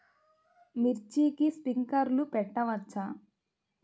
మిర్చికి స్ప్రింక్లర్లు పెట్టవచ్చా?